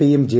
P യും J